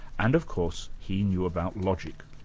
and of course he knew about logic.